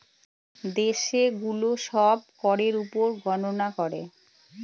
দেশে গুলো সব করের উপর গননা করে